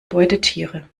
beutetiere